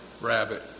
rabbit